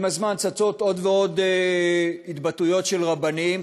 עם הזמן צצות עוד ועוד התבטאויות של רבנים,